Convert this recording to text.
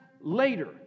later